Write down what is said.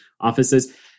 offices